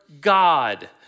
God